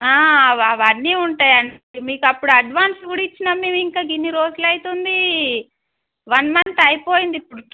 అవన్నీ ఉంటాయి అండి మీకు అప్పుడు అడ్వాన్స్ కూడా ఇచ్చినాం మీ ఇంకా ఇన్ని రోజులు అవుతుంది వన్ మంత్ అయిపోయింది ఇప్పుడు